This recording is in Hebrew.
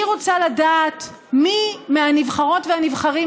אני רוצה לדעת מי מהנבחרות והנבחרים